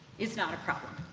it's not a problem.